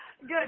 Good